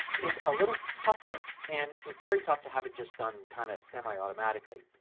it's a little tougher and it's very tough to have it just done kind of semi automatically.